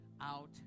out